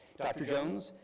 dr. jones,